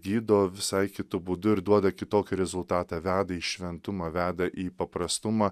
gydo visai kitu būdu ir duoda kitokį rezultatą veda į šventumą veda į paprastumą